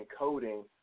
encoding